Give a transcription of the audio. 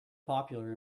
popular